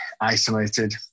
isolated